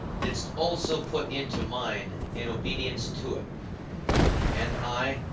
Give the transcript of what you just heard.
didst also put into mine an obedience to it and i,